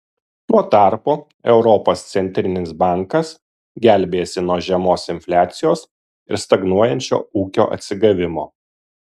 tu tarpu europos centrinis bankas gelbėjasi nuo žemos infliacijos ir stagnuojančio ūkio atsigavimo